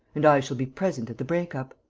and i shall be present at the break-up.